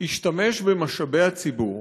השתמש במשאבי הציבור,